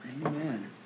Amen